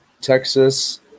texas